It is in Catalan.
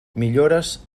millores